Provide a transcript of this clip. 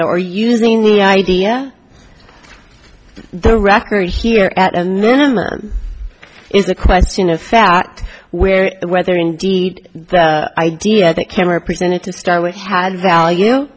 know are using the idea the record here at a minimum is a question of fact where whether indeed the idea the camera presented to start with has a value